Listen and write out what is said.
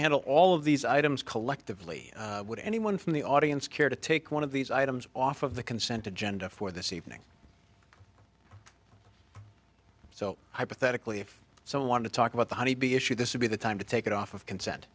handle all of these items collectively would anyone from the audience care to take one of these items off of the consent agenda for this evening so hypothetically if some want to talk about the honeybee issue this would be the time to take it off of consent